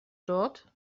dort